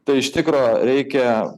tai iš tikro reikia